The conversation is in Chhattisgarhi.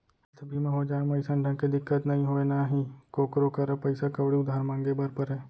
हेल्थ बीमा हो जाए म अइसन ढंग के दिक्कत नइ होय ना ही कोकरो करा पइसा कउड़ी उधार मांगे बर परय